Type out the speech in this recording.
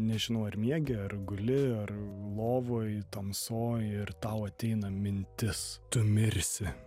nežinau ar miegi ar guli ar lovoj tamsoj ir tau ateina mintis tu mirsi